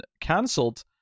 cancelled